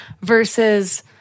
versus